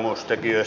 joutunut tekemään